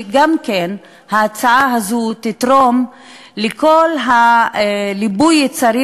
וההצעה הזאת תגרום גם כן לכל ליבוי היצרים